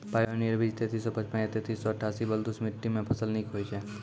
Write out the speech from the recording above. Pioneer बीज तेंतीस सौ पचपन या तेंतीस सौ अट्ठासी बलधुस मिट्टी मे फसल निक होई छै?